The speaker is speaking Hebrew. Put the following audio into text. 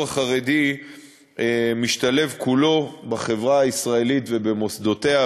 החרדי משתלב כולו בחברה הישראלית ובמוסדותיה,